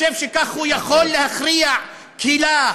חושב שכך הוא יכול להכריע קהילה,